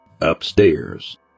upstairs